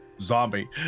zombie